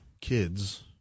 kids